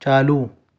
چالو